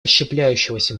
расщепляющегося